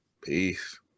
peace